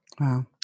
Wow